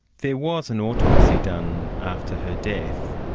there was an autopsy done after her death.